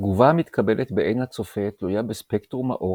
התגובה המתקבלת בעין הצופה תלויה בספקטרום האור